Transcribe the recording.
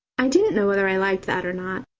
i didn't know whether i liked that or not,